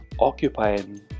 occupying